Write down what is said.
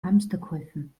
hamsterkäufen